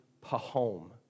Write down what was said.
Pahom